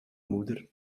moeder